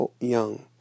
young